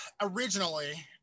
originally